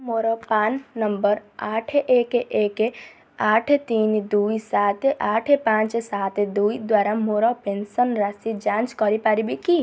ମୋର PRAN number ଆଠ ଏକ ଏକ ଏକ ଆଠ ତିନି ଦୁଇ ସାତ ଆଠ ପାଞ୍ଚ ସାତ ଦୁଇ ଦ୍ଵାରା ମୋର ପେନ୍ସନ୍ ରାଶି ଯାଞ୍ଚ କରିପାରିବି କି